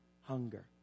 hunger